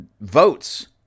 votes